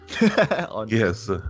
Yes